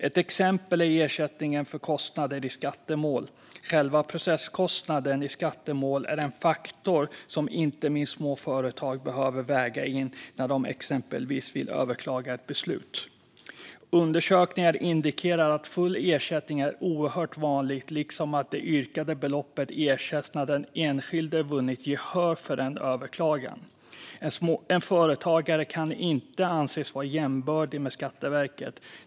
Ett exempel är ersättningen för kostnader i skattemål. Själva processkostnaden i skattemål är en faktor som inte minst små företag behöver väga in när de exempelvis vill överklaga ett beslut. Undersökningar indikerar att full ersättning är oerhört ovanligt liksom att det yrkade beloppet ersätts när den enskilde vunnit gehör för en överklagan. En företagare kan inte anses vara jämbördig med Skatteverket.